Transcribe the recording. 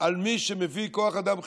על מי שמביא כוח אדם חיצוני,